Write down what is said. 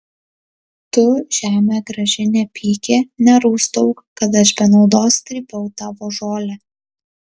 tu žeme graži nepyki nerūstauk kad aš be naudos trypiau tavo žolę